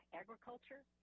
agriculture